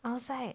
outside